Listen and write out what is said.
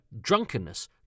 drunkenness